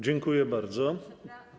Dziękuję bardzo.